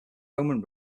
roman